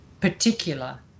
particular